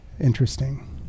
interesting